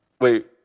Wait